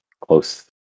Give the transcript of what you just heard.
close